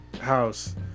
house